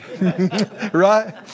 right